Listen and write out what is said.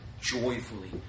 joyfully